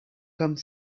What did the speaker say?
come